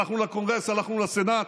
הלכנו לקונגרס, הלכנו לסנאט.